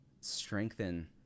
strengthen